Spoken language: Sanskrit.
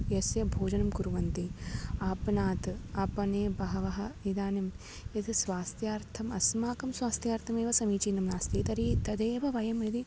यत् भोजनं कुर्वन्ति आपणात् आपणे बहवः इदानीं यद् स्वास्थ्यार्थम् अस्माकं स्वास्थ्यार्थमेव समीचीनं नास्ति तर्हि तदेव वयं यदि